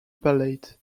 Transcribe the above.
palate